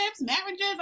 marriages